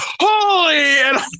holy